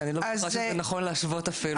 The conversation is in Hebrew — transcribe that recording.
שאני לא בטוחה שזה נכון להשוות אפילו.